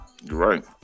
Right